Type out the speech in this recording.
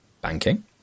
banking